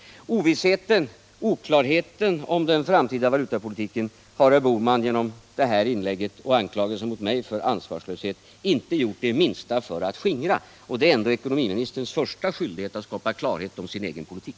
Ovissheten, oklarheten om den framtida valutapolitiken har herr Bohman genom sitt inlägg nu och anklagelsen mot mig för ansvarslöshet inte gjort det minsta för att skingra — och det är ändock ekonomiministerns första skyldighet att skapa klarhet om sin egen politik.